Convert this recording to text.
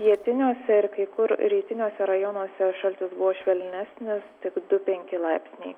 pietiniuose ir kai kur rytiniuose rajonuose šaltis buvo švelnesnis tik du penki laipsniai